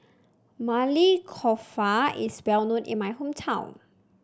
Maili Kofta is well known in my hometown